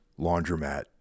Laundromat